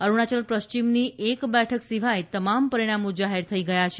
અરૂણાચલ પશ્ચિમની એક બેઠક સિવાય તમામ પરિણામો જાહેર થઇ ગયાં છે